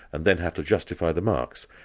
and then have to justify the marks.